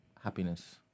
Happiness